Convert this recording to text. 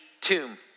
tomb